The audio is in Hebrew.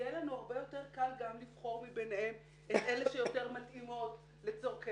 יהיה לנו הרבה יותר קל גם לבחור מבינן את אלה שיותר מתאימות לצרכינו,